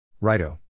Righto